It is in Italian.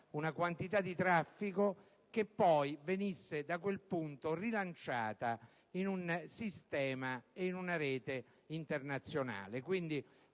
una quantità di traffico che poi venisse da quel punto rilanciata in una rete internazionale: